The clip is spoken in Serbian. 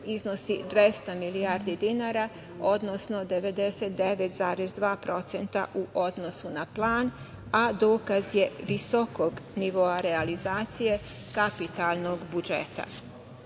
iznosi 200 milijardi dinara, odnosno 99,2% u odnosu na plan, a dokaz je visokog nivoa realizacije kapitalnog budžeta.U